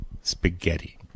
spaghetti